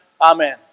Amen